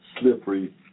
slippery